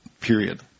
period